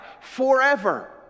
forever